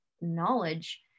knowledge